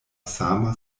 sama